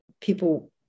people